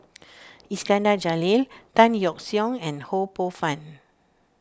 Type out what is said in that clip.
Iskandar Jalil Tan Yeok Seong and Ho Poh Fun